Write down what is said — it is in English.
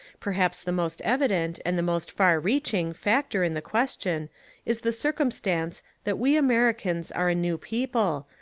perhaps the most evident, and the most far-reaching, factor in the question is the circumstance that we americans are a new people,